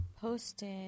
posted